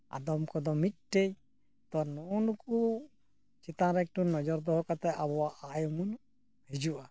ᱟᱫᱚᱢ ᱠᱚᱫᱚ ᱢᱤᱫᱴᱮᱱ ᱛᱚ ᱱᱩᱜᱼᱩ ᱱᱩᱠᱩ ᱪᱮᱛᱟᱱ ᱨᱮ ᱮᱠᱴᱩ ᱱᱚᱡᱚᱨ ᱫᱚᱦᱚ ᱠᱟᱛᱮ ᱟᱵᱚᱣᱟᱜ ᱟᱭ ᱩᱢᱟᱹᱱ ᱦᱤᱡᱩᱜᱼᱟ